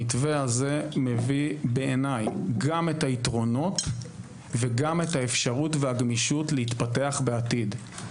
המתווה הזה מביא גם את היתרונות וגם את האפשרות והגמישות להתפתח בעתיד.